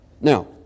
Now